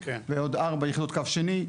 ועוד ארבע יחידות קו שני.